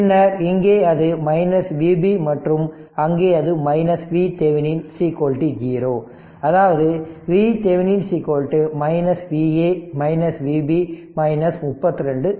பின்னர் இங்கே அது Vb மற்றும் அங்கே அது VThevenin 0 அதாவது VThevenin Va Vb 32